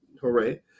Hooray